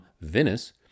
Venice